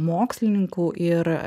mokslininkų ir